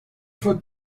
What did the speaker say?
for